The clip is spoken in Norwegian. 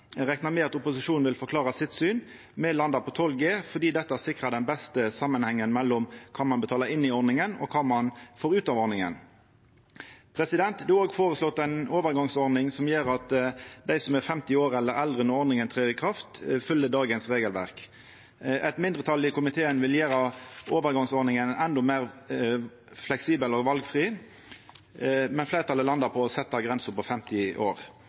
reknar med at opposisjonen vil forklara sitt syn, me landa på 12 G fordi dette sikrar den beste samanhengen mellom det ein betaler inn i ordninga, og det ein får ut av ordninga. Det er òg føreslått ei overgangsordning som gjer at dei som er 50 år eller eldre når ordninga trer i kraft, følgjer dagens regelverk. Eit mindretal i komiteen vil gjera overgangsordninga endå meir fleksibel og valfri, men fleirtalet landa på å setja grensa på 50 år.